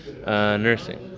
nursing